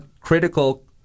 critical